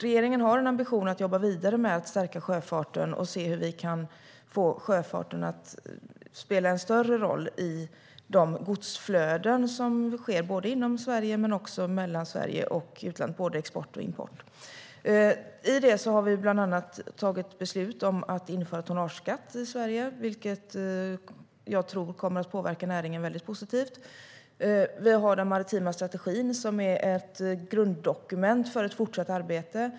Regeringen har en ambition att jobba vidare med att stärka sjöfarten och se hur vi kan få den att spela en större roll i de godsflöden som sker inom Sverige och mellan Sverige och utlandet, både export och import. Vi har bland annat tagit beslut om att införa tonnageskatt i Sverige, vilket jag tror kommer att påverka näringen mycket positivt. Vi har den maritima strategin som är ett grunddokument för ett fortsatt arbete.